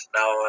now